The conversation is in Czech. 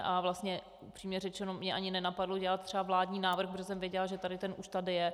A vlastně upřímně řečeno mě ani nenapadlo dělat třeba vládní návrh, protože jsem věděla, že ten už tady je.